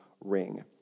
ring